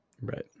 Right